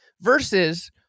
versus